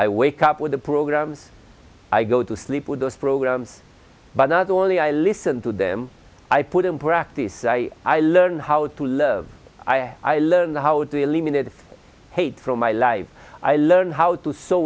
i wake up with the programs i go to sleep with those programs but not only i listen to them i put in practice i learned how to love i i learned how to eliminate hate from my life i learned how to sew